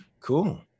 cool